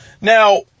Now